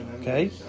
okay